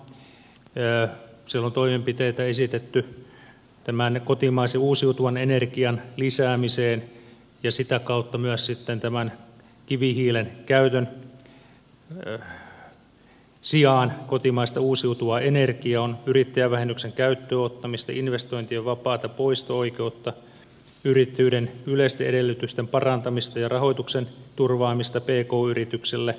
siellä on toimenpiteitä esitetty tämän kotimaisen uusiutuvan energian lisäämiseen ja sitä kautta myös sitten tämän kivihiilen käytön sijaan kotimaista uusiutuvaa energiaa on yrittäjävähennyksen käyttöönottamista investointien vapaata poisto oikeutta yrittäjyyden yleisten edellytysten parantamista ja rahoituksen turvaamista pk yrityksille